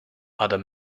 other